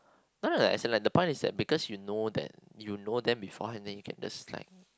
no no as in like the point is that because you know that you know them beforehand then you can just like